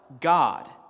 God